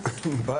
14:14.